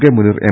K Muneer M